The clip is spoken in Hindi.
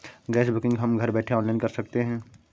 गैस बुकिंग हम घर बैठे ऑनलाइन कर सकते है